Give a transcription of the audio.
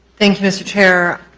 thank you mr. chair.